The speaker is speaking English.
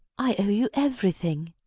i owe you everything.